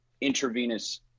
intravenous